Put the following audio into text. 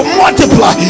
multiply